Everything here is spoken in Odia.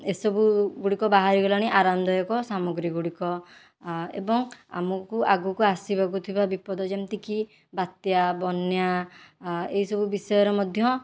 ଏହି ସବୁ ଗୁଡ଼ିକ ବାହାରି ଗଲାଣି ଆରାମ ଦାୟକ ସାମଗ୍ରୀ ଗୁଡ଼ିକ ଏବଂ ଆମକୁ ଆଗକୁ ଆସିବାକୁ ଥିବା ବିପଦ ଯେମିତି କି ବାତ୍ୟା ବନ୍ୟା ଏହି ସବୁ ବିଷୟରେ ମଧ୍ୟ